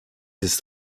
ist